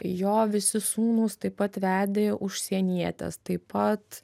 jo visi sūnūs taip pat vedė užsienietes taip pat